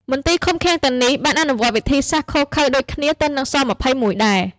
មន្ទីរឃុំឃាំងទាំងនេះបានអនុវត្តវិធីសាស្ត្រឃោរឃៅដូចគ្នាទៅនឹង ស-២១ ដែរ។